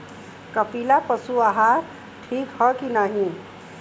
कपिला पशु आहार ठीक ह कि नाही?